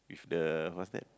with the what's that